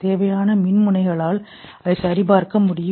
தேவையான மின்முனைகளால் அதை சரிபார்க்க முடியும்